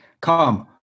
Come